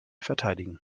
verteidigen